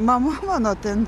mama mano ten